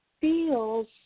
feels